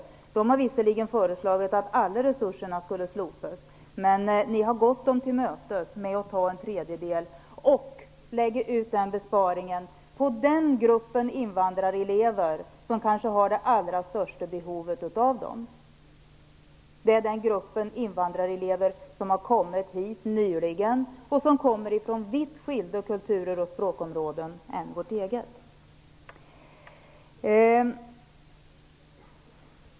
Ny demokrati har visserligen föreslagit att alla resurser skulle slopas. Men ni har gått Ny demokrati till mötes med att ta bort en tredjedel av resurserna och att lägga ut den besparingen på den grupp av invandrarelever som kanske har det allra största behovet. Det är den grupp invandrarelever som nyligen har kommit till Sverige och som kommer från vitt skilda kulturer och språkområden.